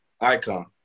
icon